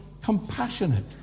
compassionate